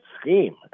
scheme